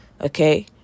okay